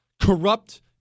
corrupt